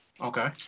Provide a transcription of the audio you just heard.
Okay